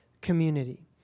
community